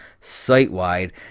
site-wide